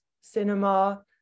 cinema